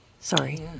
Sorry